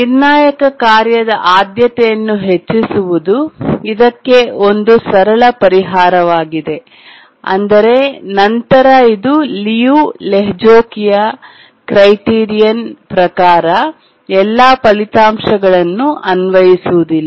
ನಿರ್ಣಾಯಕ ಕಾರ್ಯದ ಆದ್ಯತೆಯನ್ನು ಹೆಚ್ಚಿಸುವುದು ಇದಕ್ಕೆ ಒಂದು ಸರಳ ಪರಿಹಾರವಾಗಿದೆ ಆದರೆ ನಂತರ ಇದು ಲಿಯು ಲೆಹೋಜ್ಕಿಯ ಕ್ರೈಟೀರಿಯನ್ ಪ್ರಕಾರ ಎಲ್ಲಾ ಫಲಿತಾಂಶಗಳನ್ನು ಅನ್ವಯಿಸುವುದಿಲ್ಲ